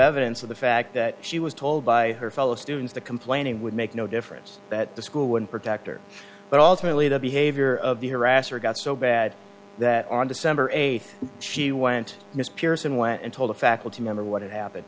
evidence of the fact that she was told by her fellow students that complaining would make no difference that the school would protect or but alternately the behavior of the harasser got so bad that on december eighth she went missed pierson went and told a faculty member what had happened